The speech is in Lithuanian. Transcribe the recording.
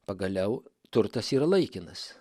pagaliau turtas yra laikinas